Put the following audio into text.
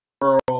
world